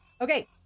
Okay